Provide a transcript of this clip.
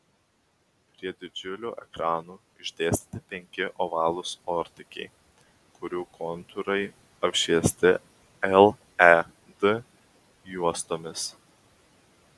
prie didžiulių ekranų išdėstyti penki ovalūs ortakiai kurių kontūrai apšviesti led juostomis